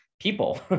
people